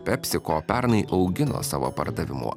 pepsico pernai augino savo pardavimų